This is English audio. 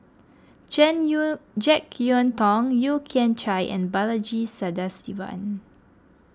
Jane Yeun Jek Yeun Thong Yeo Kian Chai and Balaji Sadasivan